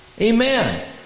Amen